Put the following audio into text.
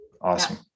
Awesome